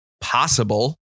possible